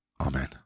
Amen